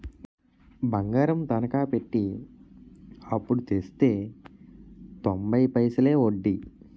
బంగారం తనకా పెట్టి అప్పుడు తెస్తే తొంబై పైసలే ఒడ్డీ